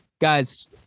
Guys